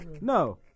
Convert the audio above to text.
no